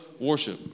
worship